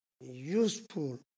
useful